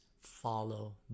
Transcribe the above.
follow